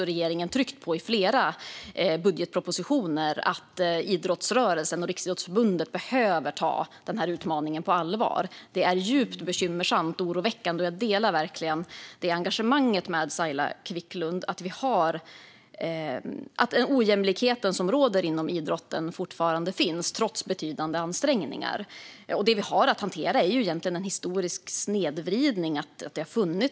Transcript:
Regeringen har i flera budgetpropositioner tryckt på att idrottsrörelsen och Riksidrottsförbundet behöver ta utmaningen på allvar. Det hela är djupt bekymmersamt och oroväckande, och jag delar verkligen Saila Quicklunds engagemang. Det råder fortfarande ojämlikhet inom idrotten, trots betydande ansträngningar. Det vi har att hantera är egentligen en historisk snedvridning.